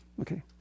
Okay